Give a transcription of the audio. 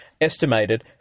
estimated